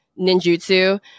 ninjutsu